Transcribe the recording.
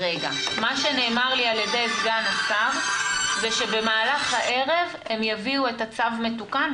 מה שנאמר לי על ידי סגן השר שבמהלך הערב הם יביאו את הצו מתוקן,